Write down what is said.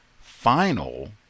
final